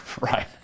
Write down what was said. right